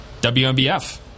WMBF